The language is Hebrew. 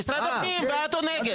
משרד הפנים בעד או נגד?